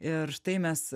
ir štai mes